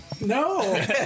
No